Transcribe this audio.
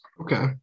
Okay